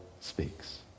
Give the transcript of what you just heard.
speaks